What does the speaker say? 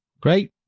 great